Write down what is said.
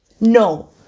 No